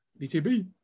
BTB